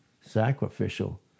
sacrificial